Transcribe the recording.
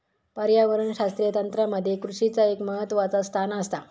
पर्यावरणशास्त्रीय तंत्रामध्ये कृषीचा एक महत्वाचा स्थान आसा